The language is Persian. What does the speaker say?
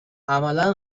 عملا